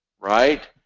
Right